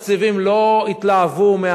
לא אמרתי: אני אשלח את אנשי.